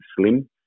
slim